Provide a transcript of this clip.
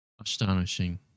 astonishing